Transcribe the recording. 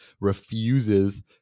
refuses